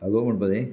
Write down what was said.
hello म्हणपा जाय